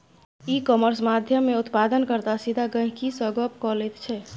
इ कामर्स माध्यमेँ उत्पादन कर्ता सीधा गहिंकी सँ गप्प क लैत छै